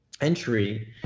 Entry